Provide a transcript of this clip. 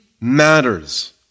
matters